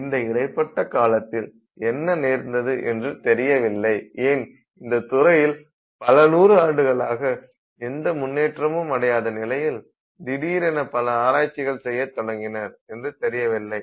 இந்த இடைப்பட்ட காலத்தில் என்ன நேர்ந்தது என்று தெரியவில்லை ஏன் இந்த துறையில் பல நூறு ஆண்டுகளாக எந்த முன்னேற்றமும் அடையாத நிலையில் திடீரென பல ஆராய்ச்சிகள் செய்யத் தொடங்கினர் என்று தெரியவில்லை